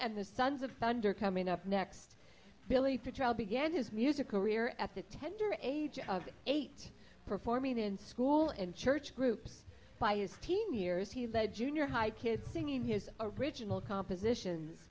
and the sons of thunder coming up next billy for trial began his music career at the tender age of eight performing in school in church groups by his teen years he led junior high kids singing his original compositions